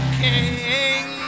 king